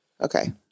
okay